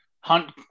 Hunt